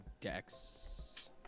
dex